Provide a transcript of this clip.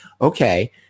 okay